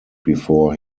before